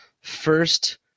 first